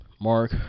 Mark